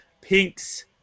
Pink's